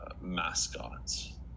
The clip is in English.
mascots